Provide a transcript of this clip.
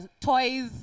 toys